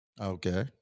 Okay